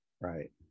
right